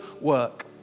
work